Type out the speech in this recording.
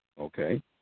Okay